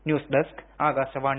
news desk Akashvani